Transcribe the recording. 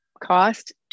cost